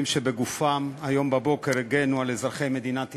שהיום בבוקר הגנו בגופם על אזרחי מדינת ישראל,